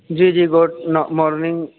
جی جی گوڈ نا مارننگ